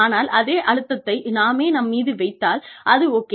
ஆனால் அதே அழுத்தத்தை நாமே நம் மீது வைத்தால் அது ஓகே